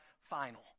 final